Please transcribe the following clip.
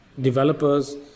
developers